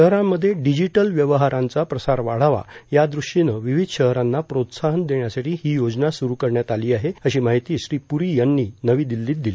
शहरांमध्ये डिजिटल व्यवहारांचा प्रसार वाढावा या दृष्टीनं विविध शहरांना प्रोत्साहन देण्यासाठी ही योजना स्ररू करण्यात आली आहे अशी माहिती श्री प्ररी यांनी नवी दिल्लीत दिली